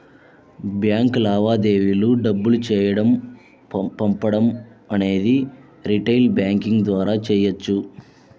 bank లావాదేవీలు డబ్బులు వేయడం పంపడం అనేవి రిటైల్ బ్యాంకింగ్ ద్వారా చెయ్యొచ్చు